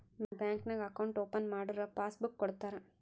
bank ನಾಗ್ account open ಮಾಡುರ್ passbook ಕೊಡ್ತಾರ